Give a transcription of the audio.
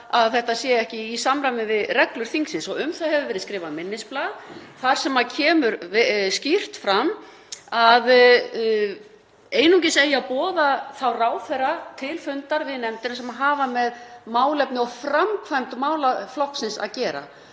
að þetta sé ekki í samræmi við reglur þingsins. Um það hefur verið skrifað minnisblað þar sem kemur skýrt fram að einungis eigi að boða þá ráðherra til fundar við nefndina sem hafa með málefni og framkvæmd málaflokksins að gera.